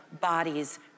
bodies